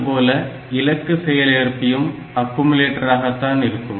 அதுபோல இலக்கு செயல்ஏற்பியும் அக்குமுலேட்டராகதான் இருக்கும்